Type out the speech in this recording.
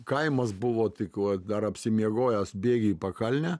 kaimas buvo tik va dar apsimiegojęs bėgi į pakalnę